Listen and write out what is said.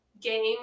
game